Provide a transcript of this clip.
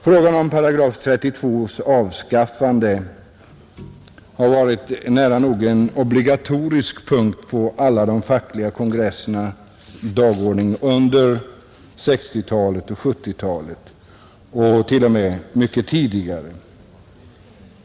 Frågan om avskaffande av § 32 har varit en nära nog obligatorisk punkt på alla fackkongressers dagordningar under 1960 och 1970-talen och t.o.m. mycket tidigare.